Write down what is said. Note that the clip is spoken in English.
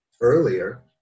earlier